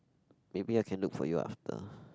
maybe I can look for you after